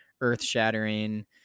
earth-shattering